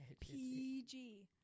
PG